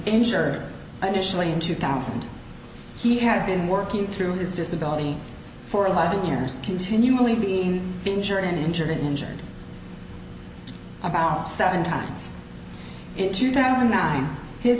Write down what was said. injure initially in two thousand he had been working through his disability for eleven years continually being injured and injured and injured about seven times in two thousand and nine is